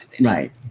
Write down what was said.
Right